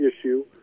issue